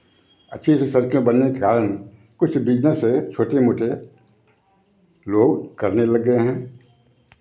अच्छी अच्छी सड़कें बनने के कारण कुछ बिज़नेसें छोटे मोटे लोग करने लग गए हैं